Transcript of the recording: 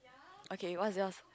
okay what's yours